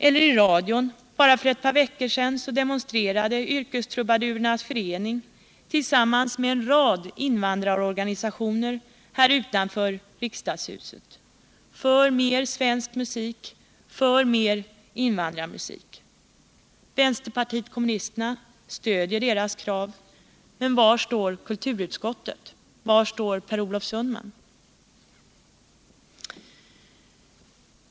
Eller se på radion: Bara för ett par veckor sedan demonstrerade Yrkestrubadurernas förening tillsammans med en rad invandrarorganisationer här utanför riksdagshuset för mer svensk musik, för mer invandrarmusik. Vänsterpartiet kommunisterna stödjer deras krav. Men var står kulturutskottet? Och var står Per Olof Sundman?